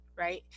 right